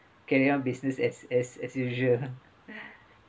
carry on business as as as usual